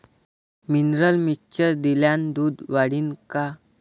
Mineral mixture दिल्यानं दूध वाढीनं का?